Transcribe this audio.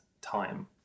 time